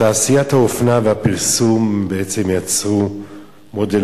תעשיית האופנה והפרסום בעצם יצרו מודל